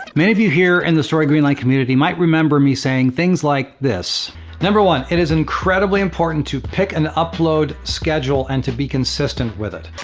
many of you here in the story greenlight community might remember me saying things like this number one it is incredibly important to pick an upload schedule, and to be consistent with it.